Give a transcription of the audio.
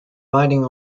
riding